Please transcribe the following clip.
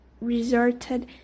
resorted